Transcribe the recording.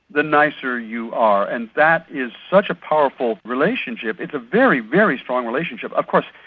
the nicer you are, and that is such a powerful relationship. it's a very, very strong relationship. of course,